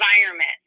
environment